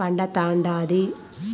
పండతండాది